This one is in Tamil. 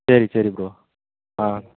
சரி சரி ப்ரோ ஆ